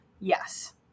Yes